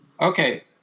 Okay